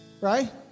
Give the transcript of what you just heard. right